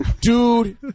Dude